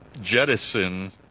jettison